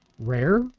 Rare